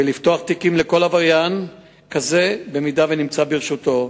ולפתוח תיקים לכל עבריין כזה, במידה שנמצא ברשותו,